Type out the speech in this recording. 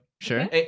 Sure